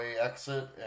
exit